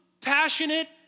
passionate